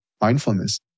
mindfulness